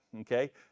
Okay